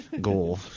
Goal